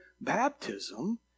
baptism